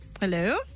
Hello